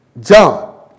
John